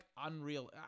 unreal